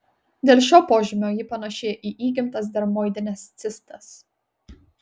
dėl šio požymio ji panaši į įgimtas dermoidines cistas